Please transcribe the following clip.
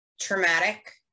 traumatic